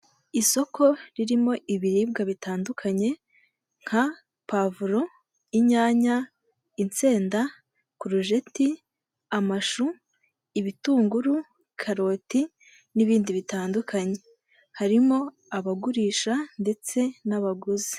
Isoko ririmo ibiribwa bitandukanye nka pavuro, inyanya, insenda, kurujeti, amashu, ibitunguru, karoti n'ibindi bitandukanye. Harimo abagurisha ndetse n'abaguzi.